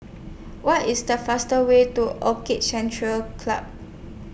What IS The fastest Way to Orchid Centre Club